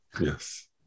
Yes